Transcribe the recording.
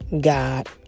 God